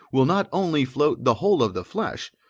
will not only float the whole of the flesh,